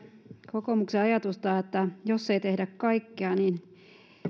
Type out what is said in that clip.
kokoomuksen ajatusta että jos ei tehdä kaikkea niin